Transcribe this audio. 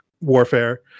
warfare